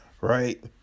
right